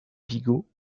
vigo